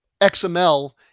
XML